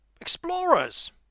explorers